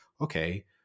okay